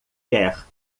quer